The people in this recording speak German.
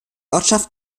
ortschaft